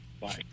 Bye